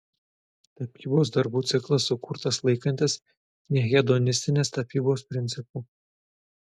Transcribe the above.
tapybos darbų ciklas sukurtas laikantis nehedonistinės tapybos principų